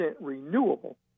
renewable